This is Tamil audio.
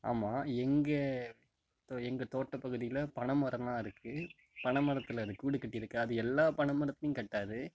ஆமாம் எங்கள் எங்கள் தோட்டப்பகுதியில் பனைமரம்லாம் இருக்கு பனைமரத்துல அது கூடு கட்டியிருக்கு அது எல்லா பனைமரத்துலையும் கட்டாது